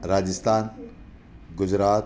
Rajasthan Gujarat